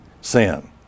sin